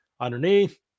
underneath